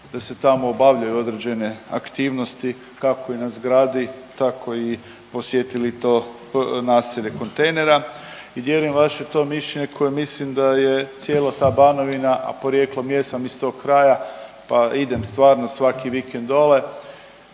Da se tamo obavljaju određene aktivnosti kao i na zgradi tako posjetili to naselje kontejnera. I dijelim vaše to mišljenje koje mislim da je cijela ta Banovina, a porijeklom jesam iz tog kraja pa idem stvarno svaki vikend dole